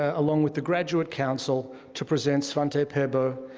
ah along with the graduate council, to present svante paabo,